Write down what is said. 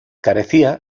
carecía